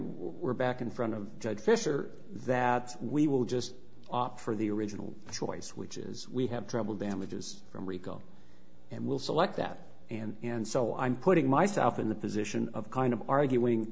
were back in front of judge fisher that we will just offer the original choice which is we have trouble damages from rico and will select that and so i'm putting myself in the position of kind of arguing